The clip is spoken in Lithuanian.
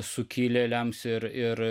sukilėliams ir ir